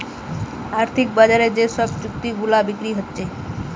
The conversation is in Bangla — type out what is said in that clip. আর্থিক বাজারে যে সব চুক্তি গুলা বিক্রি হতিছে